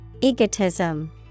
Egotism